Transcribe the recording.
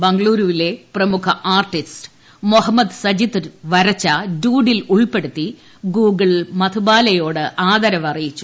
ബാഗ്ലൂരിലെ പ്രമുഖ ആർട്ടിസ്റ്റ് മൊഹമ്മദ് സജിത്ത് വരച്ച ഡൂഡിൽ ഉൾപ്പെടുത്തി ഗൂഗിൽ മധുബാലയോടുള്ള ആദരവ് അറിയിച്ചു